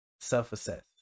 self-assess